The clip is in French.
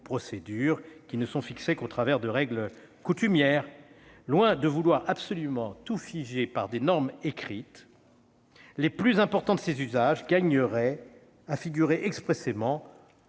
procédures, lesquelles ne sont fixées qu'au travers de règles coutumières. Loin de vouloir absolument tout figer par des normes écrites, les plus importants de ces usages gagneraient à figurer expressément